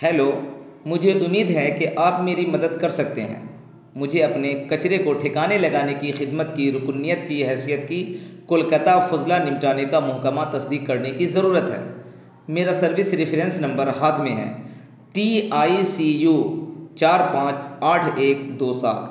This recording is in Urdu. ہیلو مجھے امید ہے کہ آپ میری مدد کر سکتے ہیں مجھے اپنے کچرے کو ٹھکانے لگانے کی خدمت کی رکنیت کی حیثیت کی کولکاتہ فضلہ نمٹانے کا محکمہ تصدیق کرنے کی ضرورت ہے میرا سروس ریفرنس نمبر ہاتھ میں ہیں ٹی آئی سی یو چار پانچ آٹھ ایک دو سات